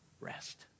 rest